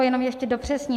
Jenom ještě dopřesním.